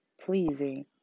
Pleasing